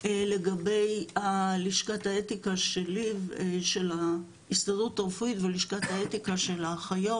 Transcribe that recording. לגבי לשכת האתיקה של ההסתדרות הרפואית ולשכת האתיקה של האחיות,